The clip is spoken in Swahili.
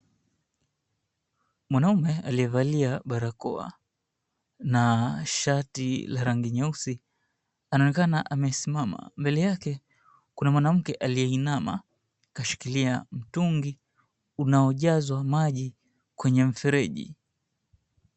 Mwanaume aliyevalia barakoa na shati la rangi nyeusi anaonekana amesimama, mbele yake kuna mwanamke aliyeinama, kushikilia mtungi unaojazwa maji kwenye mfereji.